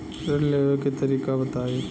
ऋण लेवे के तरीका बताई?